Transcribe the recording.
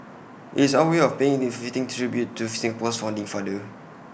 IT is our way of paying A fitting tribute to Singapore's founding father